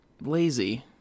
lazy